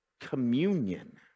communion